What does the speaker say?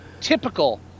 typical